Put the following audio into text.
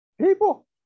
people